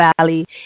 Valley